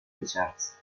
richards